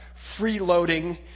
freeloading